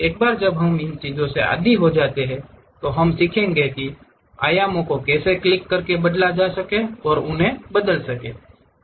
एक बार जब हम इन चीज़ों से आदि हो जाते हैं तो हम सीखेंगे कि उन आयामों को कैसे क्लिक करके बदला जा सकता है और उन्हें बदल सकते हैं